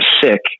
sick